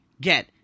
get